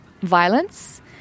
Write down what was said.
violence